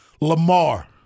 Lamar